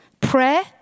Prayer